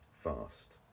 fast